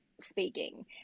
speaking